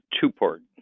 two-part